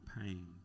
pain